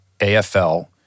AFL